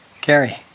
Gary